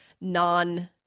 non